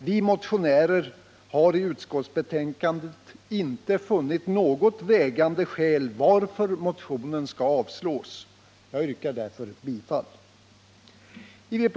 Vi motionärer har i utskottsbetänkandet inte funnit något vägande skäl varför motionen bör avslås. Jag yrkar därför bifall till motionen.